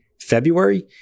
February